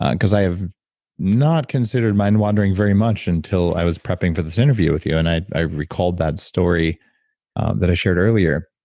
because i have not considered mind-wandering very much until i was prepping for this interview with you. and i i recalled that story that i shared earlier.